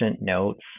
notes